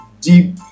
deep